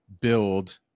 build